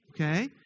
okay